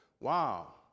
wow